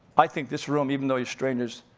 i think this room, even though you're strangers,